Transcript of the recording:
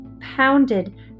pounded